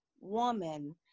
woman